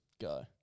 Go